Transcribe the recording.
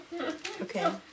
Okay